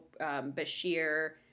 Bashir